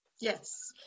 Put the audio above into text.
Yes